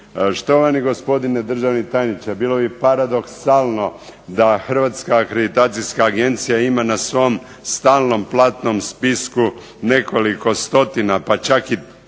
Štovani gospodine državni tajniče, bilo bi paradoksalno da Hrvatska akreditacijska agencija ima na svom stalnom platnom spisku nekoliko stotina, pa čak i koju